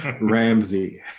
Ramsey